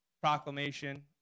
Proclamation